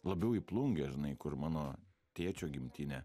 labiau į plungę žinai kur mano tėčio gimtinė